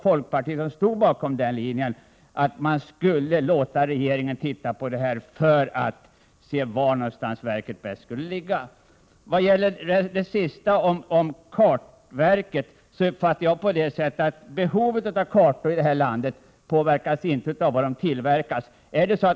Folkpartiet stod bakom linjen att regeringen skulle ta fram ytterligare underlag för att kunna avgöra vilken ort som var lämpligast. Behovet i det här landet av kartor påverkas inte av var de tillverkas.